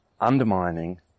undermining